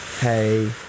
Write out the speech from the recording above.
hey